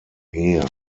here